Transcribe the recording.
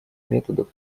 методов